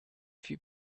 few